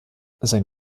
sein